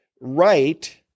right